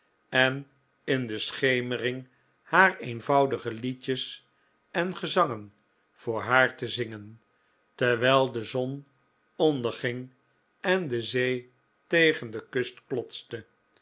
en in de schemering haar eenvoudige liedjes en gezangen voor haar te zingen terwijl de zon onderging en de zee tegen de kust klotste